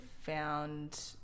found